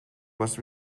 was